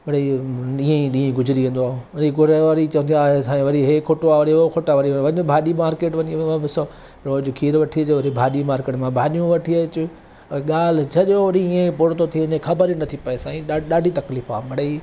वरी ईअं ई ॾींह गुज़िरी वेंदो आहे वरी घरवारी चवंदी आहे हाणे साईं वरी इहे खोटो आहे वरी उहो खोटो आहे वरी वञु भाॼी मार्केट वञी ॾिसो रोज़ु खीर वठी अचो वरी भाॼी मार्केट मां भाॼियूं वठी अचूं गाल्हि सॼो ॾींहुं ईअं ई पूरो थो थी वञे ख़बर ई नथी पए साईं ॾाढी ॾाढी तकलीफ़ु आहे मिड़ई